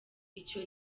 icyo